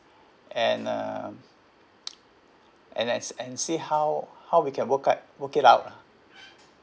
and uh and and and see how how we can work out work it out lah